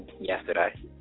yesterday